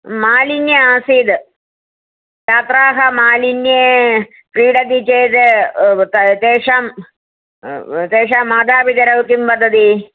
मालिन्यम् आसीत् छात्राः मालिन्ये क्रीडति चेत् तेषां तेषां मातापितरौ किं वदति